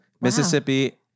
Mississippi